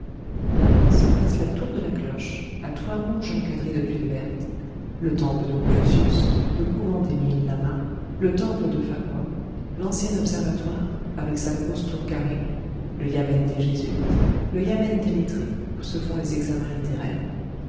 là se dressent la tour de la cloche à toit rouge encadré de tuiles vertes le temple de confucius le couvent des mille lamas le temple de fa qua l'ancien observatoire avec sa grosse tour carrée le yamen des jésuites le yamen des lettrés où se font les examens littéraires